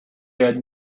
had